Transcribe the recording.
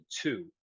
two